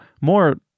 more